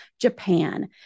Japan